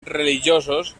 religiosos